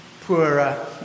poorer